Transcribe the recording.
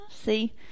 see